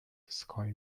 sky